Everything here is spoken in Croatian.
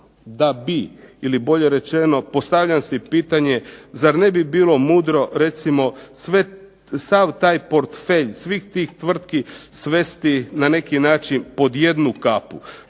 da bi, ili bolje rečeno postavljam si pitanje zar ne bi bilo mudro sav taj portfelj, svih tih tvrtki svesti na neki način pod jednu kapu.